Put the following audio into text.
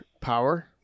power